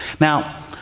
Now